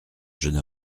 jeune